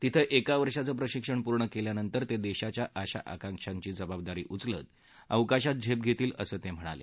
तिथं एक वर्षाचं प्रशिक्षण पूर्ण केल्यानंतर ते देशाच्या आशा आकांक्षांची जबाबदारी उचलत अवकाशात झेप घेतील असं ते म्हणाले